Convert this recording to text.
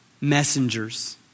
messengers